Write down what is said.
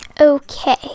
Okay